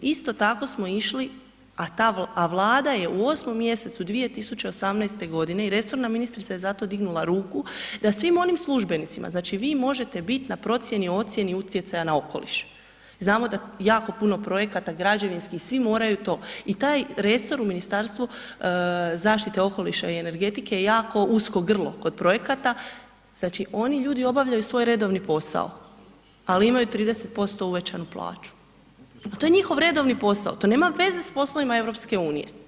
Isto tako smo išli, a Vlada je u 8. mjesecu 2018. godine i resorna ministrica je za to digla ruku da svim onim službenicima, znači vi možete biti na procjeni, ocjeni utjecaja na okoliš i znamo da jako puno projekata građevinski svi moraju to i taj resor u Ministarstvu zaštite okoliša i energetike je jako usko grlo kod projekata, znači oni ljudi obavljaju svoj redovni posao, ali imaju 30% uvećanu plaću, a to je njihov redovni posao, to nema veze s poslovima EU.